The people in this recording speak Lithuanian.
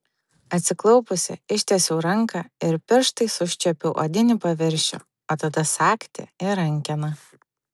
atsiklaupusi ištiesiau ranką ir pirštais užčiuopiau odinį paviršių o tada sagtį ir rankeną